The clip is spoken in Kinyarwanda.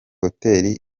hoteli